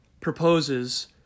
proposes